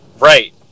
Right